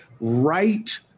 right